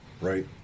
Right